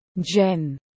Jen